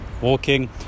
walking